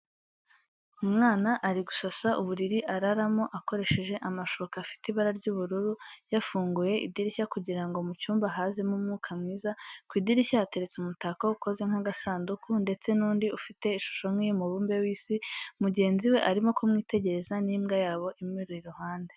Umwana ari gusasa uburiri araramo akoresheje amashuka afite ibara ry'ubururu, yafunguye idirishya kugira ngo mu cyumba hazemo umwuka mwiza, ku idirishya hateretse umutako ukoze nk'agasanduku ndetse n'undi ufite ishusho nk'iy'umubumbe w'Isi, mugenzi we arimo kumwitegereza, n'imbwa yabo imuri iruhande.